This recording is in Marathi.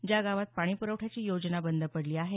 ज्या गावात पाणीपुरवठ्याची योजना बंद पडली आहे